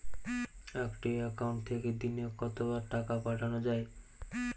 একটি একাউন্ট থেকে দিনে কতবার টাকা পাঠানো য়ায়?